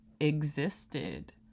existed